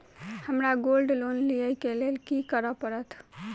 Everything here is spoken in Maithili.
हमरा गोल्ड लोन लिय केँ लेल की करऽ पड़त?